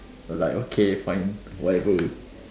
like okay fine whatever